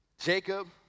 Jacob